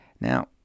Now